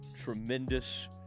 tremendous